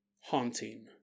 haunting